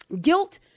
Guilt